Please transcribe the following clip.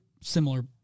similar